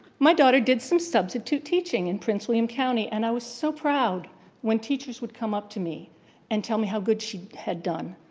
my daughter did some substitute teaching in prince william county and i was so proud when teachers would come up to me and tell me how good she had done,